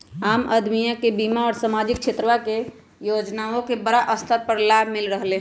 आम अदमीया के बीमा और सामाजिक क्षेत्रवा के योजनावन के बड़ा स्तर पर लाभ मिल रहले है